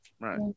Right